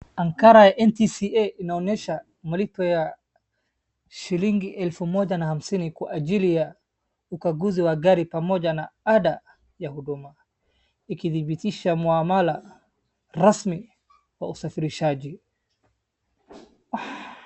Nakara ya NTSA inaonesha malipo ya shilingi elfu moja na hamsini kwa ajili ya ukaguzi wa gari pamoja na ada ya huduma. Ikidhibitisha muamara rasmi wa usafirishaji.